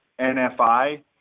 NFI